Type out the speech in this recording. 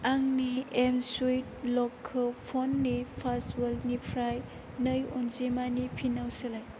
आंनि एमस्वुइफ लकखौ फननि पासवार्डनिफ्राय नै अनजिमानि पिनाव सोलाय